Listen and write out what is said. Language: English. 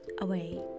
away